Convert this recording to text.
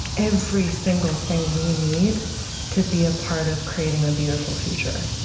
every single thing we need to be a part of creating a beautiful future.